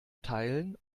teilen